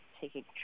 taking